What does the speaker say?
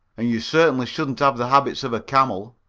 and you certainly shouldn't have the habits of a camel.